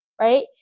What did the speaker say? Right